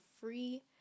free